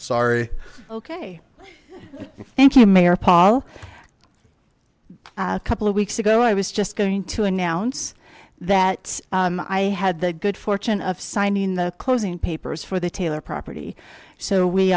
sorry okay thank you mayor paul a couple of weeks ago i was just going to announce that i had the good fortune of signing the closing papers for the taylor property so we